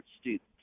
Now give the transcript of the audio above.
students